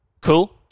Cool